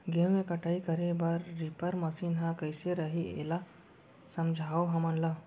गेहूँ के कटाई करे बर रीपर मशीन ह कइसे रही, एला समझाओ हमन ल?